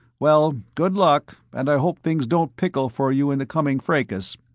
well, good luck and i hope things don't pickle for you in the coming fracas.